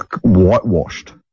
whitewashed